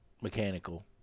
Mechanical